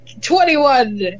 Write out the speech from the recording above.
Twenty-one